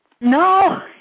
No